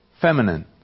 feminine